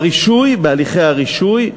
ברישוי, בהליכי הרישוי,